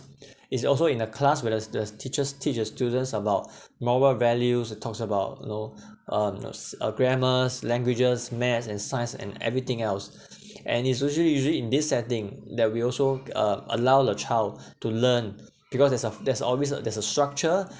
is also in the class whereas the the teachers teach the students about moral values that talks about you know um s~ a grammars languages math and science and everything else and it's usually usually in this setting that will also uh allow the child to learn because there's a there's always a there's a structure